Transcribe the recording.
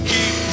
Keep